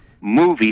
movie